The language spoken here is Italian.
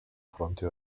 fronte